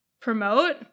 promote